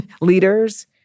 leaders